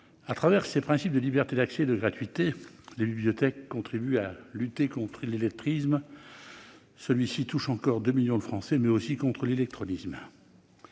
Au travers de ces principes de liberté d'accès et de gratuité, les bibliothèques contribuent à lutter contre l'illettrisme, qui touche encore deux millions de Français, mais aussi contre l'illectronisme-